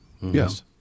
Yes